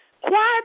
Quiet